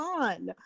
on